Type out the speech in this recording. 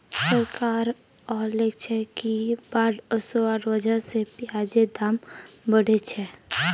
सरकार कहलछेक कि बाढ़ ओसवार वजह स प्याजेर दाम बढ़िलछेक